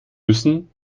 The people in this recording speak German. müssen